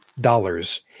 dollars